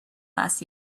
last